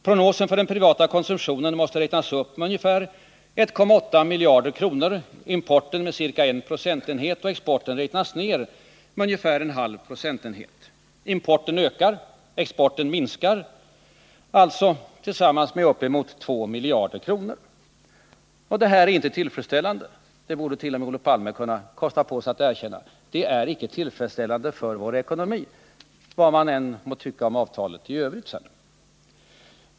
Prognosen för den privata konsumtionen måste räknas upp med omkring 1,8 miljarder kronor, importen med ca 1 procentenhet och exporten räknas ned med ungefär 0,5 procentenheter. Importen ökar och exporten minskar alltså med tillsammans uppemot 2 miljarder kronor. Att det inte är tillfredsställande borde t.o.m. Olof Palme kosta på sig att erkänna. Det är icke tillfredsställande för vår samhällsekonomi, vad man än må tycka om avtalet i övrigt.